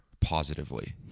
positively